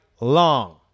long